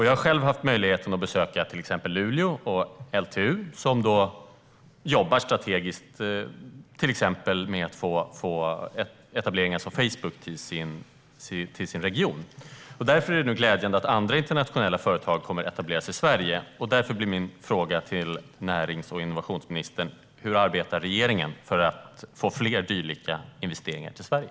Jag har själv haft möjligheten att besöka till exempel Luleå och LTU, som jobbar strategiskt med att till exempel få etableringar som Facebook till sin region. Det är nu glädjande att andra internationella företag kommer att etablera sig i Sverige. Därför blir min fråga till närings och innovationsministern: Hur arbetar regeringen för att få fler dylika investeringar till Sverige?